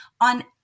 on